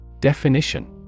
Definition